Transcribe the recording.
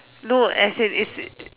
no as in it's